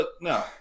no